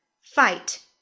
Fight